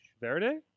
Verde